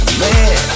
man